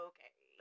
Okay